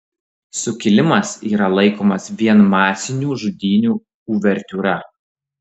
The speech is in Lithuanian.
sukilimas yra laikomas vien masinių žudynių uvertiūra